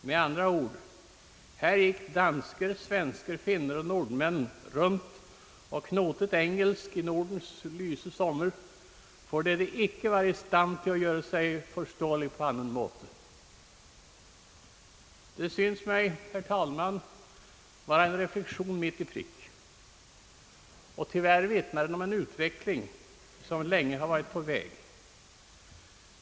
Med andre ord: her gikk dansker, svensker, finner og nordmenn runt og knotet engelsk i Nordens lyse sommer, fordi di ikke var i stand til å gjöre seg forståelig på annen måte». Det syns mig, herr talman, vara en reflexion mitt i prick. Och tyvärr vittnar den om en utveckling som länge varit på väg.